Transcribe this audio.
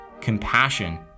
compassion